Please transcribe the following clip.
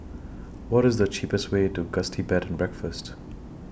What IS The cheapest Way to Gusti Bed and Breakfast